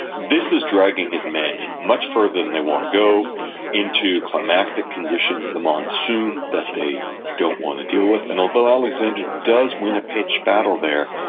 this is dragging his men much further than they want to go into climactic conditions, the monsoon that they don't want to deal with. and although alexander does win a pitched battle there,